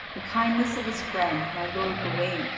the kindness of his friend, my lord gawain,